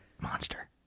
Monster